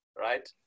right